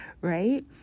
right